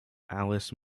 alice